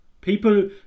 People